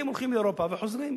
ישראלים הולכים לאירופה וחוזרים.